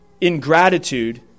ingratitude